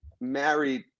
married